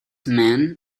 men